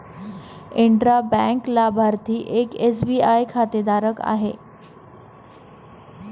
intra bank लाभार्थी एक SBI खातेधारक आहे